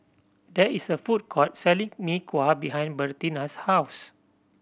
there is a food court selling Mee Kuah behind Bertina's house